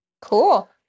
cool